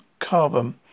carbon